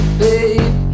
babe